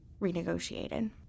renegotiated